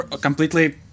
Completely